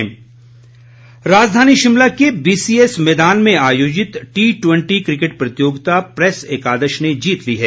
cricket राजधानी शिमला के BCS मैदान में आयोजित टी ट्वेंटी क्रिकेट प्रतियोगिता प्रेस एकादश ने जीत ली है